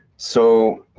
so.